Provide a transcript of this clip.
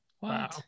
Wow